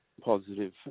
positive